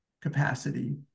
capacity